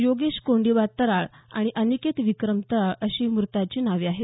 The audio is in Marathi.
योगेश कोंडीबा तराळ आणि अनिकेत विक्रम तराळ अशी मृतांची नावं आहेत